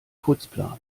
putzplan